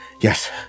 yes